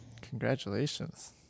Congratulations